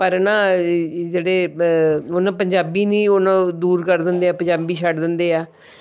ਪਰ ਨਾ ਜਿਹੜੇ ਅ ਉਹਨਾਂ ਪੰਜਾਬੀ ਨਹੀਂ ਉਹਨੂੰ ਦੂਰ ਕਰ ਦਿੰਦੇ ਆ ਪੰਜਾਬੀ ਛੱਡ ਦਿੰਦੇ ਆ